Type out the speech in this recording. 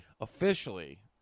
officially-